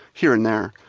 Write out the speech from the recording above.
here and there.